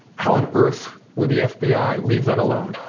how on earth would the fbi leave that alone?